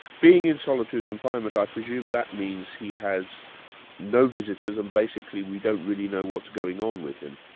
being in solitary confinement i presume that means he has no visitors and basically we don't really know what's going on with him.